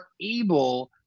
able